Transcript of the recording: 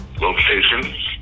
location